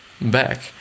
back